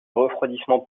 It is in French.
refroidissement